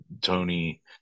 Tony